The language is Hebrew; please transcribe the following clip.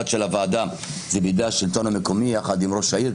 של הוועדה בידי השלטון המקומי ביחד עם ראש העיר,